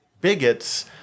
bigots